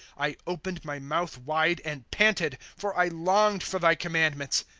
i opened my mouth wide, and panted for i longed for thy commandments.